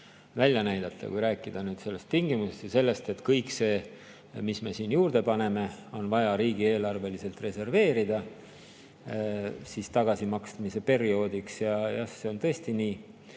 välja näidata, kui rääkida tingimustest ja sellest, et kõik see, mis me siin juurde paneme, on vaja riigieelarveliselt reserveerida [laenu] tagasimaksmise perioodiks. Jah, see on tõesti nii.